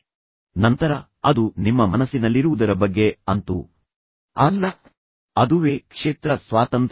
ಮತ್ತು ನಂತರ ಅದು ನಿಮ್ಮ ಮನಸ್ಸಿನಲ್ಲಿರುವುದರ ಬಗ್ಗೆ ಅಂತೂ ಅಲ್ಲ ಅದುವೇ ಕ್ಷೇತ್ರ ಸ್ವಾತಂತ್ರ್ಯ